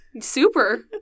Super